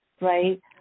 right